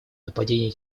нападений